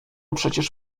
przecież